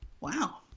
Wow